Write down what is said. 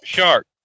Shark